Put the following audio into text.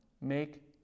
make